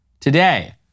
today